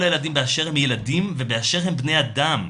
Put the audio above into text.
הילדים באשר הם ילדים ובאשר הם בני אדם,